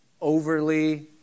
overly